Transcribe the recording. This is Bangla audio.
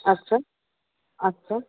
আচ্ছা আচ্ছা